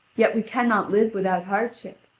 yet we cannot live without hardship.